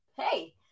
hey